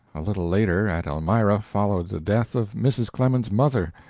a little later, at elmira, followed the death of mrs. clemens's mother,